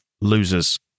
losers